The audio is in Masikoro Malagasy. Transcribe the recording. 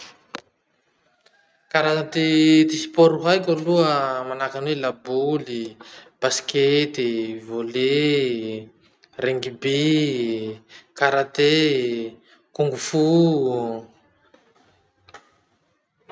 Karaza ty ty sports haiko aloha manahaky any hoe laboly, basket, volley, rugby, karate, kung-fu.